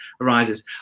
arises